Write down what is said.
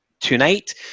tonight